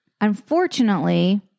unfortunately